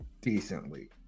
decently